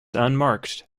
unmarked